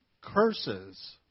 curses